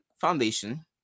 foundation